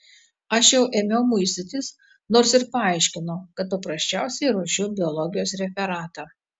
aš jau ėmiau muistytis nors ir paaiškinau kad paprasčiausiai ruošiu biologijos referatą